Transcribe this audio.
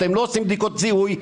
אתם לא עושים בדיקות זיהוי.